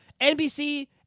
NBC